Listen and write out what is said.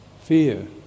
Fear